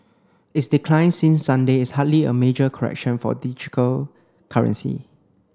its decline since Sunday is hardly a major correction for digital currency